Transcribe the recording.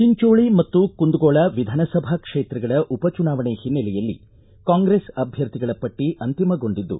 ಚಿಂಡೋಳಿ ಮತ್ತು ಕುಂದಗೋಳ ವಿಧಾನಸಭಾ ಕ್ಷೇತ್ರಗಳ ಉಪಚುನಾವಣೆ ಹಿನ್ನೆಲೆಯಲ್ಲಿ ಕಾಂಗ್ರೆಸ್ ಅಭ್ಯರ್ಥಿಗಳ ಪಟ್ಟ ಅಂತಿಮಗೊಂಡಿದ್ದು